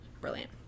brilliant